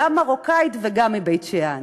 גם מרוקאית וגם מבית-שאן.